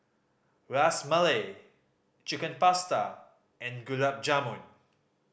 Ras Malai Chicken Pasta and Gulab Jamun